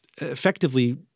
effectively